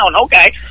okay